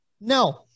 No